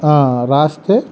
రాస్తే